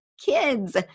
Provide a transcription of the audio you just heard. kids